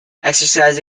exercise